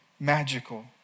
magical